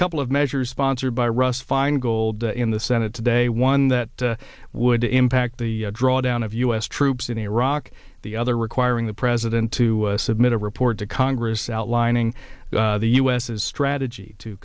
couple of measures sponsored by russ feingold in the senate today one that would impact the drawdown of u s troops in iraq the other requiring the president to submit a report to congress outlining the u s is strategy to